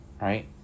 right